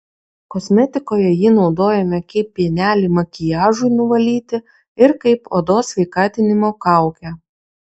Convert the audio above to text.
kosmetikoje jį naudojame kaip pienelį makiažui nuvalyti ir kaip odos sveikatinimo kaukę